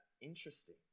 interesting